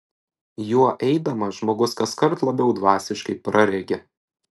juo eidamas žmogus kaskart labiau dvasiškai praregi